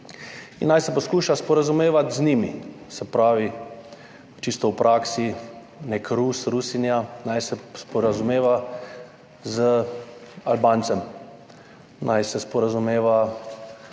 in naj se poskuša sporazumevati z njimi. Se pravi, čisto v praksi, nek Rus, Rusinja, naj se sporazumeva z Albancem, naj se sporazumeva